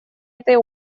этой